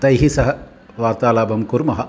तैः सः वार्तालापं कुर्मः